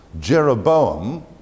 Jeroboam